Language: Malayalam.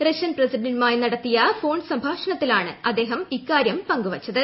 റഷ്യൻ പ്രസിഡന്റുമായി നടത്തിയ ഫോൺ സംഭാഷണത്തിലാണ് അദ്ദേഹം ഇക്കാര്യം പങ്കുവെച്ചത്